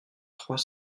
trois